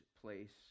place